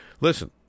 Listen